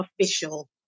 Official